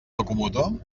locomotor